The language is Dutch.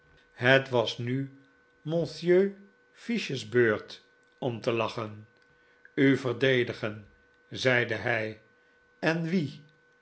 het was nu monsieur fiche's beurt om te lachen u verdedigen zeide hij en wie